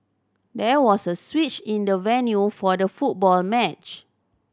there was a switch in the venue for the football match